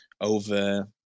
over